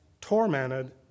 tormented